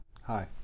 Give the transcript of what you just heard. Hi